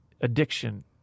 addiction